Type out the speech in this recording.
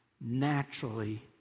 naturally